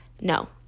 No